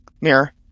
mirror